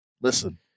listen